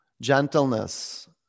Gentleness